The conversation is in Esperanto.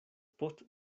post